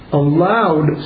allowed